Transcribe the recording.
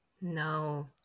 no